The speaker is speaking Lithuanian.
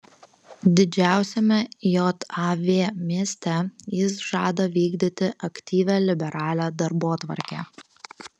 didžiausiame jav mieste jis žada vykdyti aktyvią liberalią darbotvarkę